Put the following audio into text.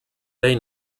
lei